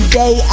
day